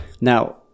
Now